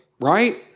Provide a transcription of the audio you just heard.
right